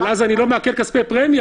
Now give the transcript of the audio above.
אבל אז אני לא מעקל כספי פרמיה,